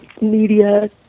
media